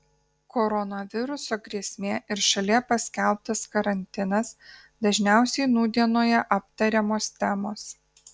koronaviruso grėsmė ir šalyje paskelbtas karantinas dažniausiai nūdienoje aptariamos temos